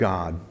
God